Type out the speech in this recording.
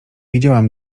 widziałam